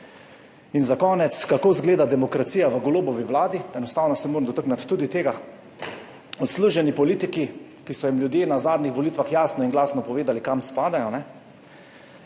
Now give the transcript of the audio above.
In za konec, kako izgleda demokracija v Golobovi vladi? Enostavno se moram dotakniti tudi tega. Odsluženi politiki, ki so jim ljudje na zadnjih volitvah jasno in glasno povedali, kam spadajo,